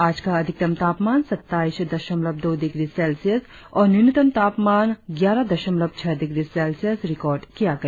आज का अधिकतम तापमान सत्ताईस दसमलव दो डिग्री सेल्सियस और न्यूनतम तापमान ग्यारह दशमलव छह डिग्री सेल्सियस रिकार्ड किया गया